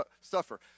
suffer